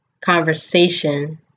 conversation